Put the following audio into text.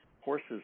horses